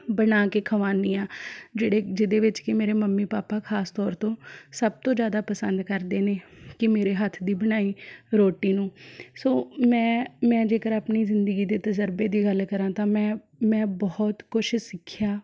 ਬਣਾ ਕੇ ਖਵਾਉਨੀ ਹਾਂ ਜਿਹੜੇ ਜਿਹਦੇ ਵਿੱਚ ਕਿ ਮੇਰੇ ਮੰਮੀ ਪਾਪਾ ਖਾਸ ਤੌਰ ਤੋਂ ਸਭ ਤੋਂ ਜ਼ਿਆਦਾ ਪਸੰਦ ਕਰਦੇ ਨੇ ਕਿ ਮੇਰੇ ਹੱਥ ਦੀ ਬਣਾਈ ਰੋਟੀ ਨੂੰ ਸੋ ਮੈਂ ਮੈਂ ਜੇਕਰ ਆਪਣੀ ਜ਼ਿੰਦਗੀ ਦੇ ਤਜ਼ਰਬੇ ਦੀ ਗੱਲ ਕਰਾਂ ਤਾਂ ਮੈਂ ਮੈਂ ਬਹੁਤ ਕੁਝ ਸਿੱਖਿਆ